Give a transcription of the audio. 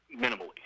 minimally